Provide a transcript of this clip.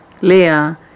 Leia